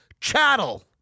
Chattel